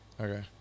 Okay